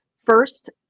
First